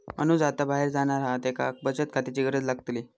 अनुज आता बाहेर जाणार हा त्येका बचत खात्याची गरज लागतली